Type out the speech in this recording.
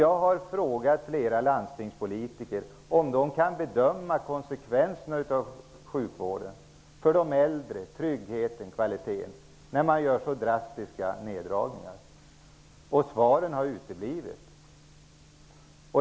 Jag har frågat flera landstingspolitiker om de kan bedöma konsekvenserna för de äldre när det gäller tryggheten och kvaliteten i sjukvården när man gör så drastiska neddragningar, men svaren har uteblivit.